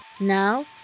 Now